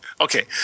okay